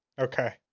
okay